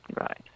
Right